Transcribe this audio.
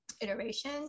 iteration